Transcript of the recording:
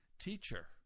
Teacher